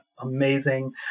amazing